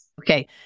Okay